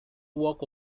walk